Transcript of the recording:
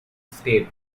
state